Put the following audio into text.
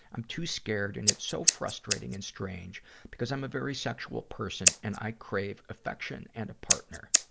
i'm too scared and it's so frustrating and strange because i'm a very sexual person and i crave affection and a partner.